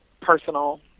personal